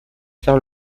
taire